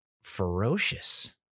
Ferocious